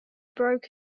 broke